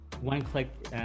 one-click